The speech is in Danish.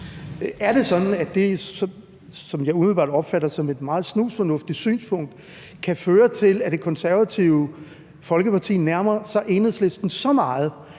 Er det sådan, at det, som jeg umiddelbart opfatter som et meget snusfornuftigt synspunkt, kan føre til, at Det Konservative Folkeparti nærmer sig Enhedslisten så meget,